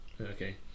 Okay